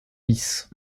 bis